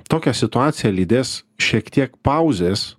tokią situaciją lydės šiek tiek pauzės